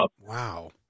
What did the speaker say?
Wow